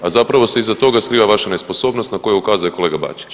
A zapravo se iza toga skriva vaša nesposobnost na koju ukazuje kolega Bačić.